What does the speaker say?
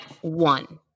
one